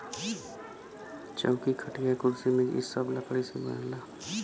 चौकी, खटिया, कुर्सी मेज इ सब त लकड़ी से बनला